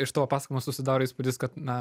iš tavo pasakojimo susidaro įspūdis kad na